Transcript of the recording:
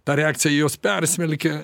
ta reakcija juos persmelkia